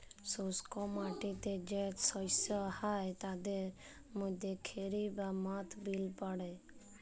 শুস্ক মাটিতে যে শস্য হ্যয় তাদের মধ্যে খেরি বা মথ বিল পড়ে